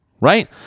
Right